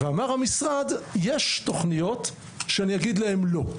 אמר המשרד, יש תוכניות שאני אגיד להן לא.